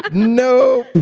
ah no